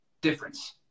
difference